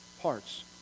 parts